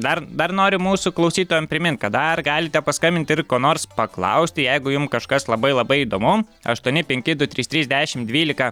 dar dar noriu mūsų klausytojam primint kad dar galite paskambint ir ko nors paklausti jeigu jum kažkas labai labai įdomu aštuoni penki du trys trys dešim dvylika